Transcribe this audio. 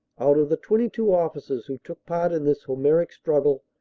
out of the twenty two officers who took part in this homeric struggle,